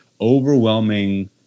overwhelming –